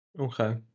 Okay